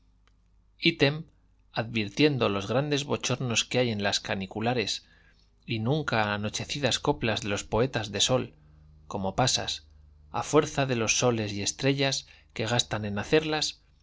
advirtiendo los grandes bochornos que hay en las caniculares y nunca anochecidas coplas de los poetas de sol como pasas a fuerza de los soles y estrellas que gastan en hacerlas